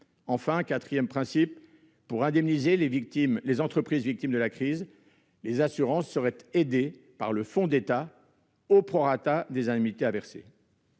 50 %. Quatrièmement, pour indemniser les entreprises victimes de la crise, les assurances seraient aidées par le fonds d'État au des indemnités à verser.